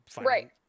right